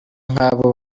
nkabo